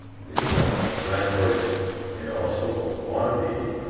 the landlord may also want to be,